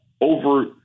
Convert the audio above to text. over